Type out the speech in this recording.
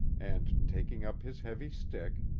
and, taking up his heavy stick,